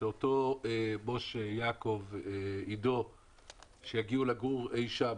כך שאותו אדם שיגיע לגור אי-שם